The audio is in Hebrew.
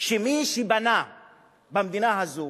שמי שבנו במדינה הזו